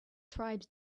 tribes